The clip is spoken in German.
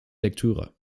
lektüre